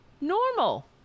normal